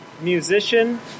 musician